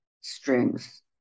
strings